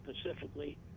specifically